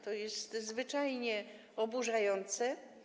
To jest zwyczajnie oburzające.